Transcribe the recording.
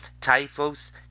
typhus